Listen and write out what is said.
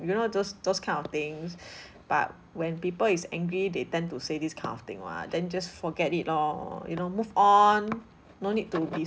you know those those kind of things but when people is angry they tend to say this kind of thing what then just forget it lor you know move on no need to be